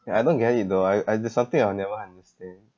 ya I don't get it though I I that's something I will never understand